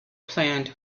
planned